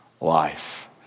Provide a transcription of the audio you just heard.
life